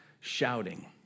shouting